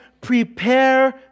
Prepare